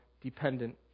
dependent